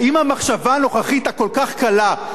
האם המחשבה הנוכחית הכל-כך קלה,